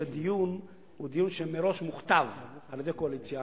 כשהדיון הוא דיון שמראש מוכתב על-ידי הקואליציה,